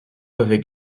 avec